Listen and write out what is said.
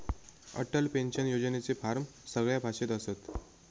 Atal pension योजनेचे form सगळ्या भाषेत असत